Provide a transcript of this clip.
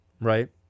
right